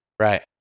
Right